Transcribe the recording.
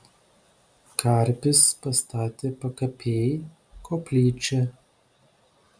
karpis pastatė pakapėj koplyčią